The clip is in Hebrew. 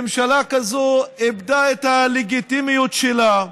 ממשלה כזאת איבדה את הלגיטימיות שלה,